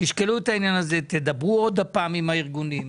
תשקלו את העניין הזה ותדברו עוד פעם עם הארגונים.